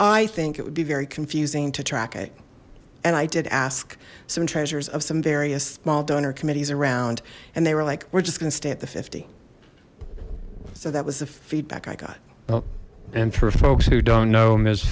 i think it would be very confusing to track it and i did ask some treasures of some various small donor committees around and they were like we're just gonna stay at the fifty so that was the feedback i got oh and for folks who don't know m